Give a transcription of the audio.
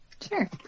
Sure